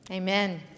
Amen